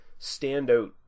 standout